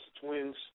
twins